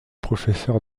professeur